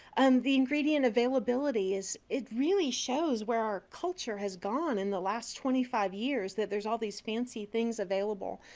the ingredient availability is it really shows where our culture has gone in the last twenty five years that there's all these fancy things available.